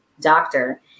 doctor